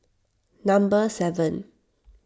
number seven